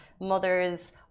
mothers